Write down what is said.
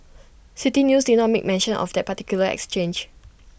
City News did not make mention of that particular exchange